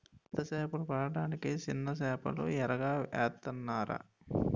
పెద్ద సేపలు పడ్డానికి సిన్న సేపల్ని ఎరగా ఏత్తనాన్రా